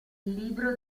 libro